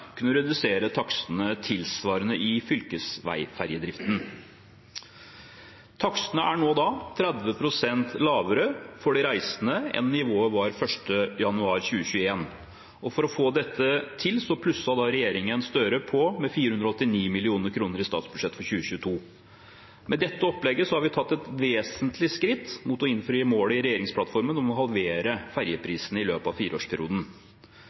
kunne redusere takstene tilsvarende i fylkesveiferjedriften. Takstene er nå da 30 pst. lavere for de reisende enn nivået var 1. januar 2021. For å få til dette plusset Støre-regjeringen på med 489 mill. kr i statsbudsjettet for 2022. Med dette opplegget har vi tatt et vesentlig skritt mot å innfri målet i regjeringsplattformen om å halvere ferjeprisene i løpet av fireårsperioden.